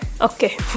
Okay